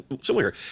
similar